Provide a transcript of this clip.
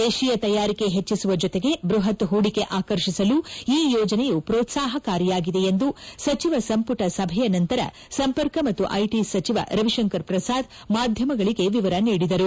ದೇಶೀಯ ತಯಾರಿಕೆ ಹೆಚ್ಚಿಸುವ ಜೊತೆಗೆ ಬೃಹತ್ ಹೂಡಿಕೆ ಆಕರ್ಷಿಸಲು ಈ ಯೋಜನೆಯು ಪ್ರೋತ್ಪಾಹಕಾರಿಯಾಗಿದೆ ಎಂದು ಸಚಿವ ಸಂಪುಟ ಸಭೆಯ ನಂತರ ಸಂಪರ್ಕ ಮತ್ತು ಐಟಿ ಸಚಿವ ರವಿಶಂಕರ ಪ್ರಸಾದ್ ಮಾಧ್ಯಮಗಳಿಗೆ ವಿವರ ನೀಡಿದರು